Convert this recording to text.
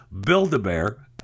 build-a-bear